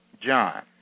John